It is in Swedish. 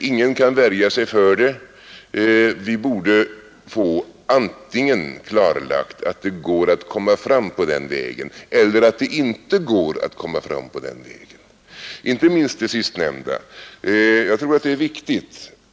Ingen kan värja sig för det. Vi borde få antingen klarlagt att det går att komma fram på den vägen eller att det inte går att komma fram på den vägen, inte minst det sistnämnda. Jag tror att det är viktigt.